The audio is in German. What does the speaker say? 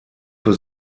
für